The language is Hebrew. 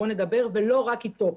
בוא נדבר ולא רק אתו.